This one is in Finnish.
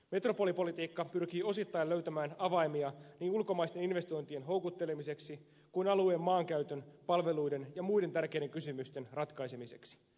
metropolipolitiikka pyrkii osittain löytämään avaimia niin ulkomaisten investointien houkuttelemiseksi kuin alueen maankäytön palveluiden ja muiden tärkeiden kysymysten ratkaisemiseksi